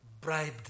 bribed